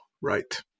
Right